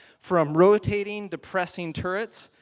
from rotating to pressing turrets,